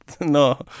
no